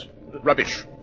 Rubbish